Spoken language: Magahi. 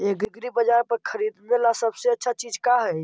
एग्रीबाजार पर खरीदने ला सबसे अच्छा चीज का हई?